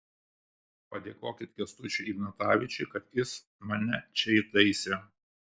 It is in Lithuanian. padėkokit kęstučiui ignatavičiui kad jis mane čia įtaisė